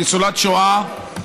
ניצולת שואה,